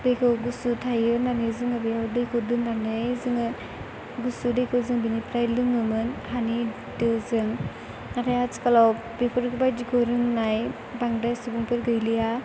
दैखौ गुसु थायो होननानै जोङो बेयाव दैखौ दोननानै जोङो गुसु दैखौ जों बेनिफ्राय लोङोमोन हानि दोजों नाथाय आथिखालाव बेफोबायदिखौ रोंनाय बांद्राय सुबुंफोर गैलिया